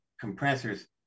compressors